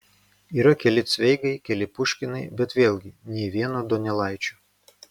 yra keli cveigai keli puškinai bet vėlgi nė vieno donelaičio